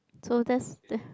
so that's